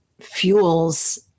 fuels